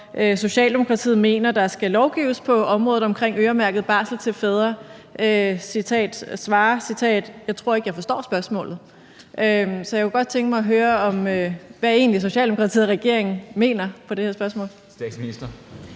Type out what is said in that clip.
Socialdemokratiet mener, der skal lovgives på området for øremærket barsel til fædre, svarer: Jeg tror ikke, jeg forstår spørgsmålet. Så jeg kunne godt tænke mig at høre, hvad Socialdemokratiet og regeringen egentlig mener på det her spørgsmål.